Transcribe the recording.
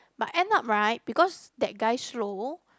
but end up right because that guy slow